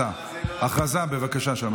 בבקשה.